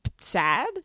sad